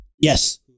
Yes